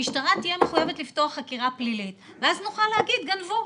המשטרה תהיה מחויבת לפתוח בחקירה פלילית ואז נוכל להגיד שגנבו.